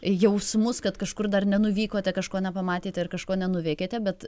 jausmus kad kažkur dar nenuvykote kažko nepamatėte ar kažko nenuveikėte bet